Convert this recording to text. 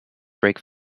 brake